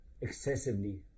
excessively